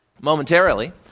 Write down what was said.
momentarily